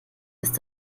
ist